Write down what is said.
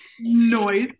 Noise